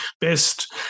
best